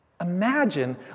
Imagine